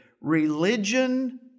religion